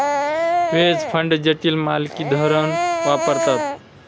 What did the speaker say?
veg fund जटिल मालकी धोरण वापरतात